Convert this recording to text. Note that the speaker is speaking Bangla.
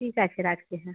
ঠিক আছে রাখছি হ্যাঁ